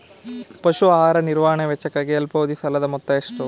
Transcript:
ಪಶು ಆಹಾರ ನಿರ್ವಹಣೆ ವೆಚ್ಚಕ್ಕಾಗಿ ಅಲ್ಪಾವಧಿ ಸಾಲದ ಮೊತ್ತ ಎಷ್ಟು?